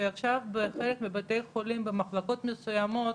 שעכשיו בחלק מבתי החולים, במחלקות מסוימות,